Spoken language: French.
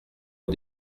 aux